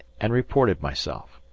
and reported myself.